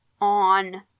on